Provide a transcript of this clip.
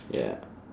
ya